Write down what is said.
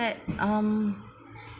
that um